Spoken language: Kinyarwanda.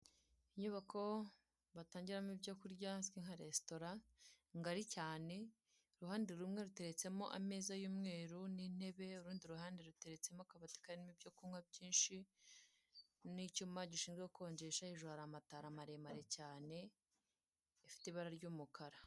Inyubako batangiramo ibyo kurya izwi nka resitora ngari cyane, uruhande rumwe ruteretsemo ameza y'umweru n'intebe urundi ruhande ruteretsemo akabati karimo ibyo kunywa byinshi n'icyuma gishinzwe gukonjesha hejuru hari amatara maremare cyane afite ibara ry'umukara.